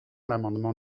l’amendement